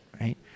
right